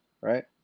right